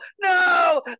No